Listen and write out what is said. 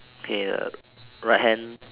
okay right hand